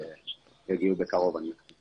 שיגיעו בקרוב אני מקווה.